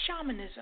shamanism